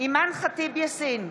אימאן ח'טיב יאסין,